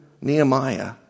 Nehemiah